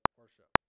worship